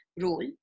role